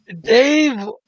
Dave